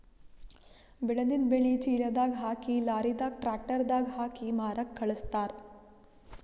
ಬೆಳೆದಿದ್ದ್ ಬೆಳಿ ಚೀಲದಾಗ್ ಹಾಕಿ ಲಾರಿದಾಗ್ ಟ್ರ್ಯಾಕ್ಟರ್ ದಾಗ್ ಹಾಕಿ ಮಾರಕ್ಕ್ ಖಳಸ್ತಾರ್